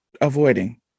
avoiding